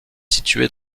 située